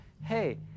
Hey